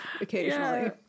occasionally